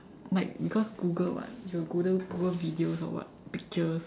like because Google [what] you goo~ Google videos or what pictures or